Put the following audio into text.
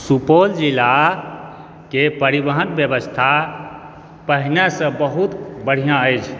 सुपौल जिला के परिवहन व्यवस्था पहिनेसँ बहुत बढ़िऑं अछि